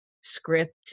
Script